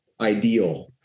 ideal